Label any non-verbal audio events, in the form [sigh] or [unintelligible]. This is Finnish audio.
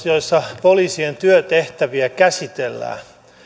[unintelligible] joissa poliisien työtehtäviä käsitellään